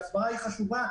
ההסברה היא חשובה,